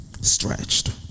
Stretched